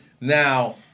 Now